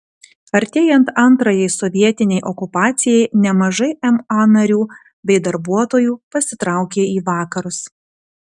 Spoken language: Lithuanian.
artėjant antrajai sovietinei okupacijai nemažai ma narių bei darbuotojų pasitraukė į vakarus